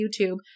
YouTube